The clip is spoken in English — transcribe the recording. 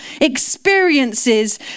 experiences